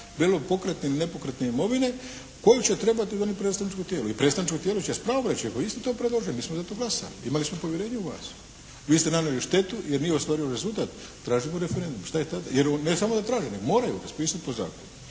bilo pokretne ili nepokretne imovine koju će trebati donijeti predstavničko tijelo. I predstavničko tijelo će s pravom reći vi ste to predložili, mi smo za to glasali, imali smo povjerenje u vas. Vi ste nanijeli štetu jer nije ostvaren rezultat. Tražimo referendum. Šta je tad. Jer oni ne samo da traže nego moraju raspisati po zakonu.